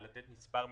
לתת עכשיו מספר מדויק?